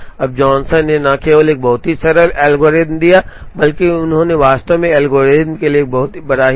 अब जॉनसन ने न केवल एक बहुत ही सरल एल्गोरिथ्म दिया बल्कि उन्होंने वास्तव में एल्गोरिथ्म के लिए एक बहुत ही सुंदर प्रमाण दिया